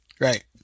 Right